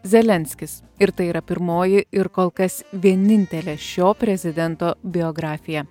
zelenskis ir tai yra pirmoji ir kol kas vienintelė šio prezidento biografija